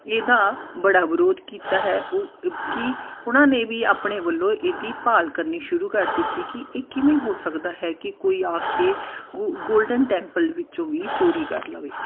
ਇਹਦਾ ਬੜਾ ਵਿਰੋਧ ਕੀਤਾ ਹੈ ਉਹ ਕਿ ਉਹਨਾਂ ਨੇ ਵੀ ਆਪਣੇ ਵੱਲੋਂ ਇਹਦੀ ਭਾਲ ਕਰਨੀ ਸ਼ੁਰੂ ਕਰ ਦਿੱਤੀ ਕਿ ਇਹ ਕਿਵੇਂ ਹੋ ਸਕਦਾ ਹੈ ਕਿ ਕੋਈ ਆ ਕੇ ਗੋ ਗੋਲਡਨ ਟੈਂਪਲ ਵਿੱਚੋਂ ਵੀ ਚੋਰੀ ਕਰ ਲਵੇ